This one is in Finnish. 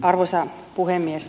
arvoisa puhemies